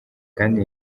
kandi